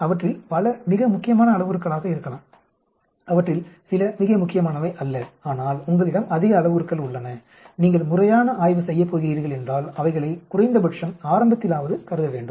அவற்றில் பல மிக முக்கியமான அளவுருக்களாக இருக்கலாம் அவற்றில் சில மிக முக்கியமானவை அல்ல ஆனால் உங்களிடம் அதிக அளவுருக்கள் உள்ளன நீங்கள் முறையான ஆய்வு செய்யப் போகிறீர்கள் என்றால் அவைகளை குறைந்தபட்சம் ஆரம்பத்திலாவது கருத வேண்டும்